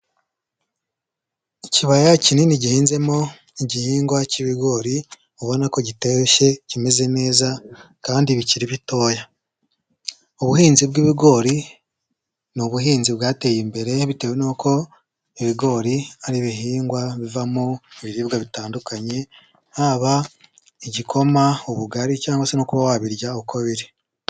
Ikibaya kinini gihinzemo igihingwa cy'ibigori ubona ko gitoshye kimeze neza kandi bikiri bitoya, ubuhinzi bw'ibigori ni ubuhinzi bwateye imbere bitewe n'uko ibigori ari ibihingwa bivamo ibiribwa bitandukanye, haba igikoma, ubugari cyangwa se no kuba wabirya uko biri.